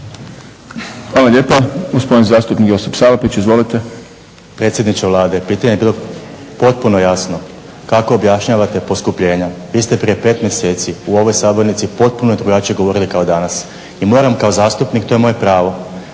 Hvala lijepa. Gospodin zastupnik Josip Salapić, izvolite. **Salapić, Josip (HDZ)** Predsjedniče Vlade, pitanje je bilo potpuno jasno, kako objašnjavate poskupljenja. Vi ste prije 5 mjeseci u ovoj sabornici potpuno drugačije govorili kao danas i moram kao zastupnik, to je moje pravo,